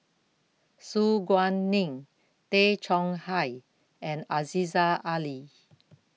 Su Guaning Tay Chong Hai and Aziza Ali